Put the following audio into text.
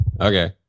Okay